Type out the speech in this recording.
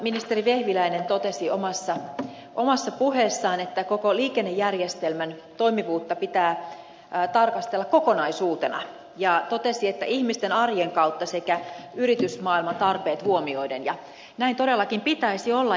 ministeri vehviläinen totesi omassa puheessaan että koko liikennejärjestelmän toimivuutta pitää tarkastella kokonaisuutena ihmisten arjen kautta sekä yritysmaailman tarpeet huomioiden ja näin todellakin pitäisi olla